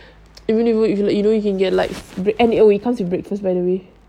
even if you if you like you know you can get like oh it comes with breakfast by the way